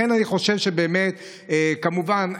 כמובן,